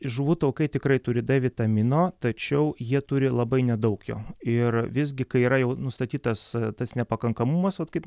žuvų taukai tikrai turi d vitamino tačiau jie turi labai nedaug jo ir visgi kai yra jau nustatytas tas nepakankamumas vat kaip